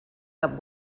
cap